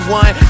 one